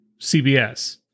CBS